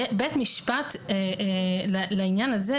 בית משפט לעניין הזה,